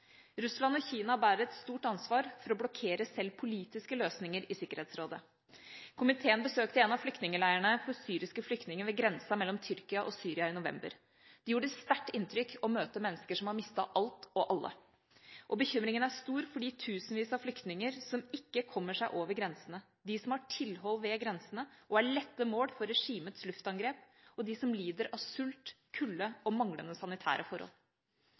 Russland og Kina bærer et stort ansvar for å blokkere selv politiske løsninger i Sikkerhetsrådet. Komiteen besøkte en av flyktningeleirene for syriske flyktninger ved grensen mellom Syria og Tyrkia i november. Det gjorde sterkt inntrykk å møte mennesker som har mistet alt og alle. Bekymringen er stor for de tusenvis av flyktninger som ikke kommer seg over grensene, de som har tilhold ved grensene, og er lette mål for regimets luftangrep, og de som lider av sult, kulde og manglende sanitære forhold.